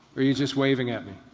are you just waving at me?